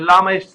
למה יש סגר?